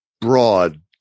broad